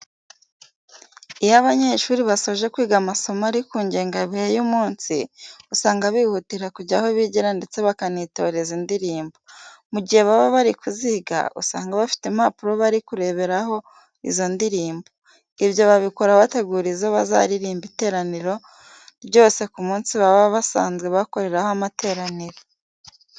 Iyo abanyeshuri basoje amasomo ari ku ngengabihe y'umunsi, usanga bihutira kujya aho bigira ndetse bakanitoreza indirimbo. Mu gihe baba bari kuziga, usanga bafite impapuro bari kureberaho izo ndirimbo . Ibyo babikora bategura izo bazaririmbira iteraniro ryose ku munsi baba basanzwe bakoreraho amateraniro.